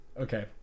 okay